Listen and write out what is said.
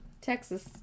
Texas